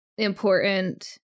important